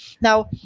Now